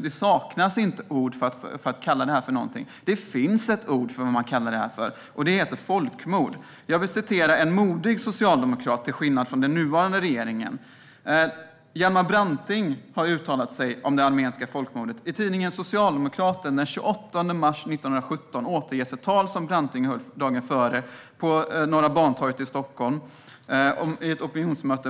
Det saknas inte ord; det finns ett ord, och det är folkmord. Jag vill citera en modig socialdemokrat, till skillnad från den nuvarande regeringen. Hjalmar Branting har uttalat sig om det armeniska folkmordet. I tidningen Socialdemokraten från den 28 mars 1917 återges ett tal som Branting höll dagen före vid ett opinionsmöte på Norra Bantorget i Stockholm